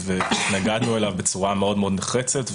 והתנגדנו אליו בצורה מאוד מאוד נחרצת.